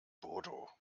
bodo